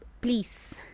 please